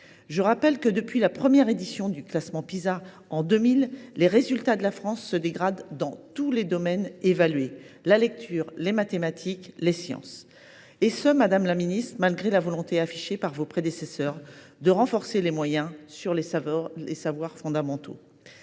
Je rappelle que, depuis la première édition du classement Pisa en 2000, les résultats de la France se dégradent dans tous les domaines évalués – lecture, mathématiques, sciences –, et ce malgré la volonté affichée par vos prédécesseurs, madame la ministre, de renforcer les moyens sur les savoirs fondamentaux.